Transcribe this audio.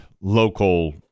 local